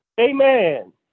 Amen